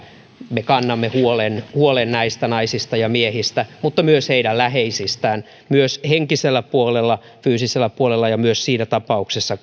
me kannamme huolen huolen näistä naisista ja miehistä mutta myös heidän läheisistään myös henkisellä puolella fyysisellä puolella ja myös siinä tapauksessa